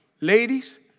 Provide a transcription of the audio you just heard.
ladies